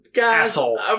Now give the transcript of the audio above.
Asshole